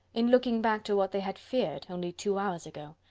in looking back to what they had feared, only two hours ago,